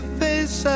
face